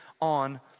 on